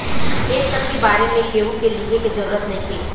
ए सब के बारे में केहू के लिखे के जरूरत नइखे